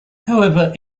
however